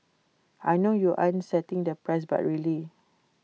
I know you aren't setting the price but really